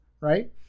right